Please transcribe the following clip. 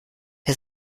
wir